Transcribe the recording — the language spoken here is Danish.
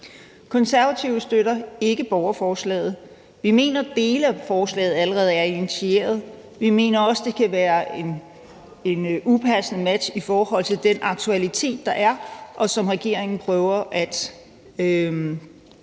Konservative støtter ikke borgerforslaget. Vi mener, at dele af forslaget allerede er initieret. Vi mener også, at det kan være et upassende match, i forhold til hvordan den aktuelle situation er, som regeringen prøver at agere